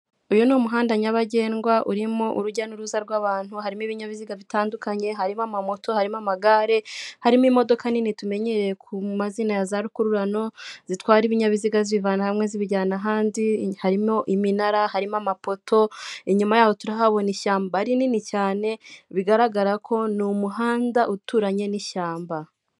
Uyu ni umuhanda nyabagendwa urimo urujya n'uruza rw'abantu, harimo ibinyabiziga bitandukanye, harimo amamoto, harimo amagare, harimo imodoka nini tumenyerewe ku mazina ya za rukururano zitwara ibinyabiziga zivana hamwe zibijyana ahandi, harimo iminara, harimo amapoto inyuma yaho turahabona ishyamba rinini cyane bigaragara ko ni umuhanda uturanye n'ishyamba.